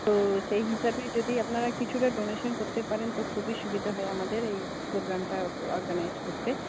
তো সেই হিসাবে যদি আপনারা কিছুটা ডোনেশন করতে পারেন তো খুবই সুবিধা হয় আমাদের এই প্রোগ্রামটা অর্গানাইজ করতে